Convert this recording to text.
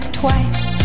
twice